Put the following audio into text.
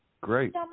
Great